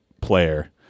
player